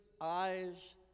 eyes